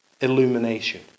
illumination